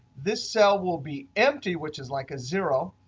this cell will be empty, which is like a zero